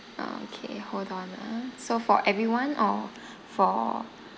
okay hold on ah so for everyone or for